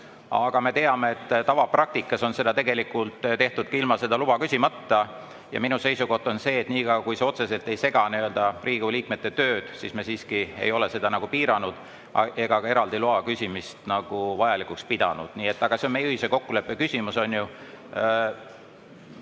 Aga me teame, et tavapraktikas on seda tegelikult tehtud ka ilma luba küsimata. Minu seisukoht on see, et niikaua kui see otseselt ei sega Riigikogu liikmete tööd, me siiski ei ole seda piiranud ega eraldi loa küsimist vajalikuks pidanud. Aga see on meie ühise kokkuleppe küsimus.